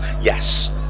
Yes